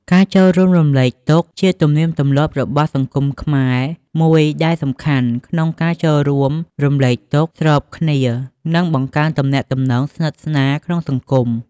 ការចូលរួមរំលែកទុក្ខជាទំនៀមទម្លាប់របស់សង្គមខ្មែរមួយដែលសំខាន់ ក្នុងការចូលរួមរំលែកទុក្ខស្របគ្នា និងបង្កើនទំនាក់ទំនងស្និទ្ធស្នាលក្នុងសង្គម។